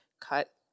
cut